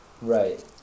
Right